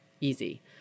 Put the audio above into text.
Easy